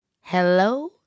Hello